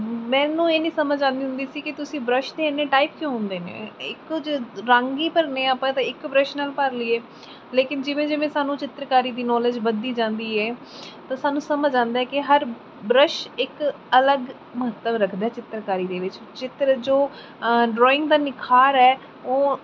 ਮੈਨੂੰ ਇਹ ਨਹੀਂ ਸਮਝ ਆਉਂਦੀ ਹੁੰਦੀ ਸੀ ਕਿ ਤੁਸੀਂ ਬ੍ਰਸ਼ ਦੇ ਇੰਨੇ ਟਾਈਪ ਕਿਉਂ ਹੁੰਦੇ ਨੇ ਇੱਕੋ ਜਿਹੇ ਰੰਗ ਹੀ ਭਰਨੇ ਆਪਾਂ ਤਾਂ ਇੱਕ ਬ੍ਰਸ਼ ਨਾਲ ਭਰ ਲਈਏ ਲੇਕਿਨ ਜਿਵੇਂ ਜਿਵੇਂ ਸਾਨੂੰ ਚਿੱਤਰਕਾਰੀ ਦੀ ਨੌਲੇਜ ਵਧਦੀ ਜਾਂਦੀ ਹੈ ਤਾਂ ਸਾਨੂੰ ਸਮਝ ਆਉਂਦਾ ਹੈ ਕਿ ਹਰ ਬ੍ਰਸ਼ ਇੱਕ ਅਲੱਗ ਮਹੱਤਵ ਰੱਖਦਾ ਚਿੱਤਰਕਾਰੀ ਦੇ ਵਿੱਚ ਚਿੱਤਰ ਜੋ ਡਰੋਇੰਗ ਦਾ ਨਿਖਾਰ ਹੈ ਉਹ